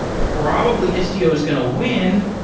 probably istio is going to win,